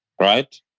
right